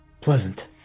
pleasant